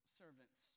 servants